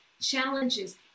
challenges